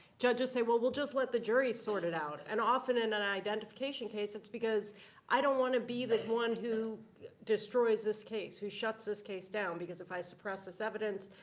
judges say well, we'll just let the jury sort it out. and often in an identification case, it's because i don't want to be the one who destroys this case, who shuts this case down. because if i suppress this evidence,